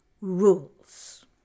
Rules